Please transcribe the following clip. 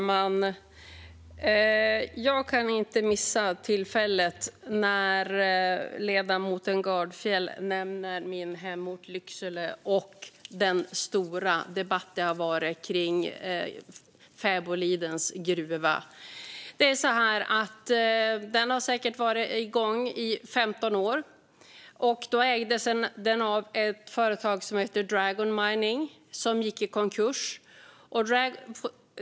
Fru talman! Jag måste ta tillfället i akt när ledamoten Gardfjell nämner min hemort Lycksele och den stora debatten om gruvan i Fäboliden. Den var säkert igång i 15 år och ägdes av ett företag som gick i konkurs.